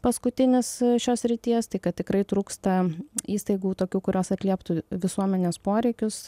paskutinis šios srities tai kad tikrai trūksta įstaigų tokių kurios atlieptų visuomenės poreikius